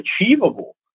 achievable